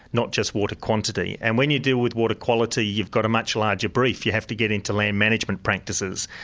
not just water quantity. and when you deal with water quality, you've got a much larger brief you have to get into land management practices.